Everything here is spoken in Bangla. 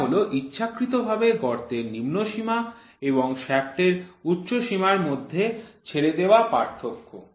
এটা হল ইচ্ছাকৃতভাবে গর্তের নিম্নসীমা এবং শ্য়াফ্টের উচ্চ সীমার মধ্যে ছেড়ে দেওয়া পার্থক্য